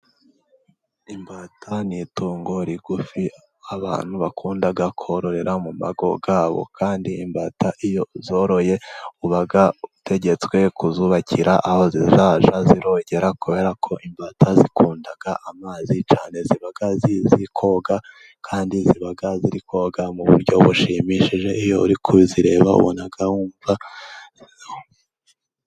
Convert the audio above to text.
Imbata ni itungo rigufi abantu bakunda kororera mu mago yabo kandi imbata iyo uzoroye uba utegetswe kuzubakira aho zizajya zirongera kubera ko imbata zikunda amazi cyane ziba zizi koga kandi ziba ziri koga mu buryo bushimishije iyo uri kuzireba ubona ari byiza.